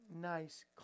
nice